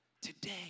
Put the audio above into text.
today